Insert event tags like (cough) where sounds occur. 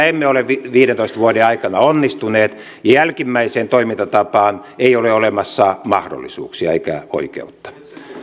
(unintelligible) emme ole viidentoista vuoden aikana onnistuneet ja jälkimmäiseen toimintatapaan ei ole olemassa mahdollisuuksia eikä oikeutta